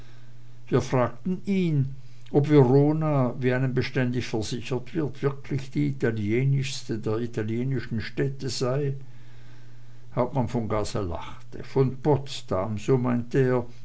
wir fragten ihn ob verona wie einem beständig versichert wird wirklich die italienischste der italienischen städte sei hauptmann von gaza lachte von potsdam